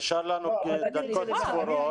נשארו לנו דקות ספורות.